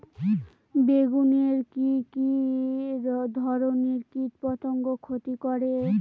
বেগুনে কি কী ধরনের কীটপতঙ্গ ক্ষতি করে?